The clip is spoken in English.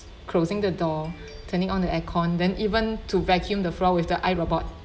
closing the door turning on the aircon then even to vacuum the floor with the iRobot